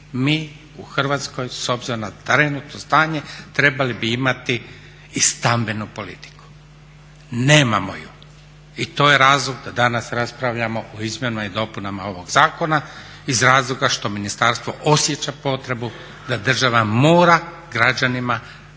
mi u Hrvatskoj s obzirom na trenutno stanje trebali bi imati i stambenu politiku. Nemamo ju i to je razlog da danas raspravljamo o izmjenama i dopunama ovog zakona iz razloga što ministarstvo osjeća potrebu da država mora građanima pomoći